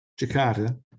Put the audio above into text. Jakarta